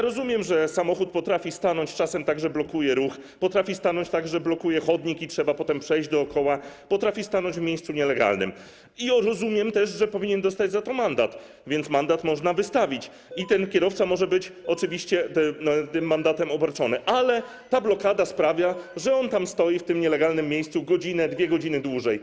Rozumiem, że samochód potrafi stanąć czasem tak, że blokuje ruch, potrafi stanąć tak, że blokuje chodnik i trzeba potem przejść dookoła, potrafi stanąć w miejscu nielegalnym, i rozumiem też, że powinien dostać za to mandat, więc mandat można wystawić i ten kierowca może być oczywiście tym mandatem obarczony, ale ta blokada sprawia, że on tam stoi w tym nielegalnym miejscu godzinę, 2 godziny, dłużej.